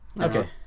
okay